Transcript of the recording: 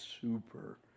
super